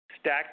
Stack